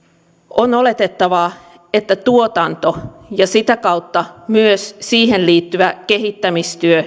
on oletettavaa että tuotanto ja sitä kautta myös siihen liittyvä kehittämistyö